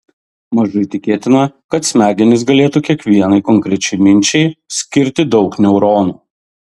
mažai tikėtina kad smegenys galėtų kiekvienai konkrečiai minčiai skirti daug neuronų